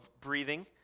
breathing